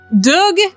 Doug